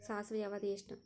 ಸಾಸಿವೆಯ ಅವಧಿ ಎಷ್ಟು?